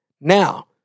Now